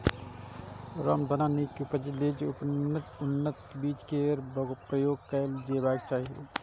रामदाना के नीक उपज लेल उन्नत बीज केर प्रयोग कैल जेबाक चाही